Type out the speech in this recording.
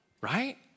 right